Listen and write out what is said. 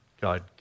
God